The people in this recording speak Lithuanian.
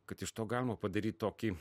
kad iš to galima padaryt tokį